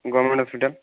government hospital